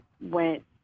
went